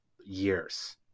years